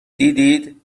دیدید